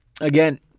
again